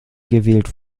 gewählt